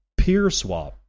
PeerSwap